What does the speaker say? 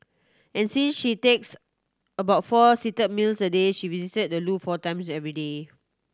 and since she takes about four seat meals a day she visits the loo four times every day